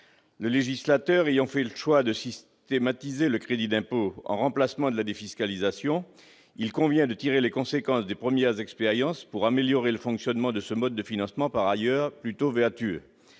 Le législateur ayant fait le choix de systématiser le crédit d'impôt en remplacement de la défiscalisation, il convient de tirer les conséquences des premières expériences pour améliorer le fonctionnement de ce mode de financement, par ailleurs plutôt vertueux.